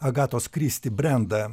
agatos kristi brendą